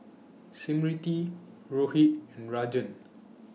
Smriti Rohit and Rajan